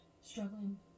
struggling